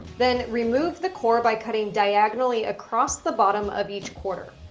then, remove the core by cutting diagonally across the bottom of each quarter.